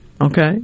Okay